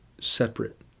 separate